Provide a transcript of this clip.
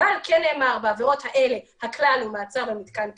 אבל כן נאמר שבעבירות האלה הכלל הוא מעצר במתקן כליאה,